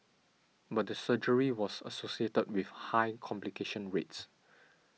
but the surgery was associated with high complication rates